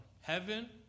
Heaven